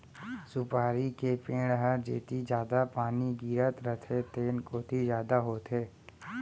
सुपारी के पेड़ ह जेती जादा पानी गिरत रथे तेन कोती जादा होथे